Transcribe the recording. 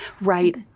Right